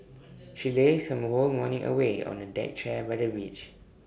she lazed her whole morning away on A deck chair by the beach